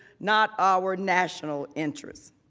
not our national interests.